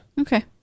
Okay